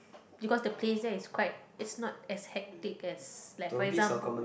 because the place there is quite it's not as hectic as like for example